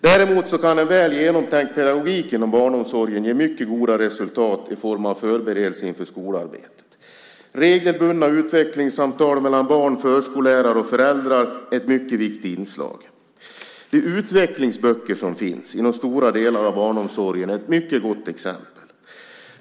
Däremot kan en väl genomtänkt pedagogik inom barnomsorgen ge mycket goda resultat i form av förberedelse inför skolarbetet. Regelbundna utvecklingssamtal mellan barn, förskollärare och föräldrar är ett mycket viktigt inslag. De utvecklingsböcker som finns inom stora delar av barnomsorgen är ett mycket gott exempel.